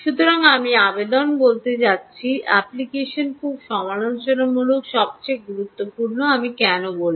সুতরাং আমি আবেদন বলতে যাচ্ছি অ্যাপ্লিকেশন খুব সমালোচনামূলক সবচেয়ে গুরুত্বপূর্ণ আমি কেন বলব